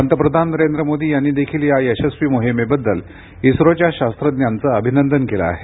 पंतप्रधान नरेंद्र मोदी यांनी देखील या यशस्वी मोहिमेबद्दल इस्रोच्या शास्त्रज्ञांचं अभिनंदन केलं आहे